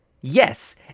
Yes